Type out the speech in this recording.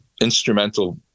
instrumental